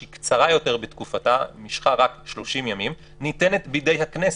שהיא קצרה יותר בתקופתה משכה רק שלושים יום ניתנת בידי הכנסת.